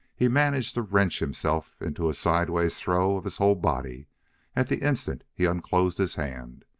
he managed to wrench himself into a sideways throw of his whole body at the instant he unclosed his hand.